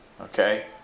okay